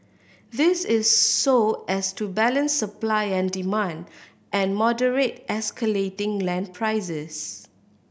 this is so as to balance supply and demand and moderate escalating land prices